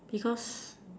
because